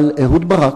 אבל אהוד ברק,